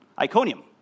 Iconium